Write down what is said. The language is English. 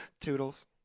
Toodles